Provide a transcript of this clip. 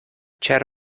ĉar